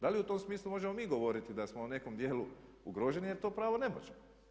Da li u tom smislu možemo mi govoriti da smo u nekom dijelu ugroženi jer to pravo ne možemo?